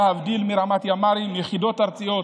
להבדיל מרמת ימ"רים, יחידות ארציות,